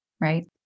Right